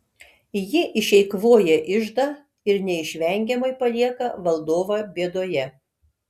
ji išeikvoja iždą ir neišvengiamai palieka valdovą bėdoje